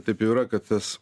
taip jau yra kad tas